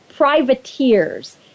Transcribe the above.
Privateers